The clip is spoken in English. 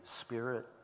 Spirit